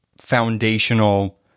foundational